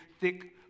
thick